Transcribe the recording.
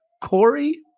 Corey